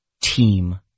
team